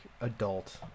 adult